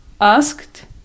asked